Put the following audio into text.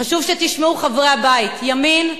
חשוב שתשמעו חברי הבית, ימין,